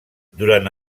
durant